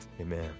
amen